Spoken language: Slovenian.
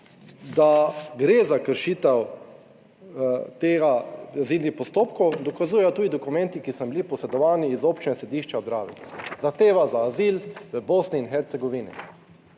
da gre za kršitev teh azilnih postopkov dokazujejo tudi dokumenti, ki so nam bili posredovani iz občine Središče ob Dravi. Zahteva za azil v Bosni in Hercegovini,